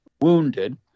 wounded